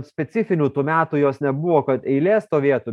specifinių tų metų jos nebuvo kad eilė stovėtų